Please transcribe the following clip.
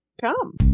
come